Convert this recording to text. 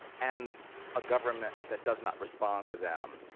and a government that does not respond to them,